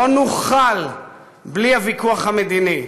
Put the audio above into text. לא נוכל בלי הוויכוח המדיני,